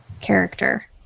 character